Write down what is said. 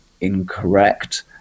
incorrect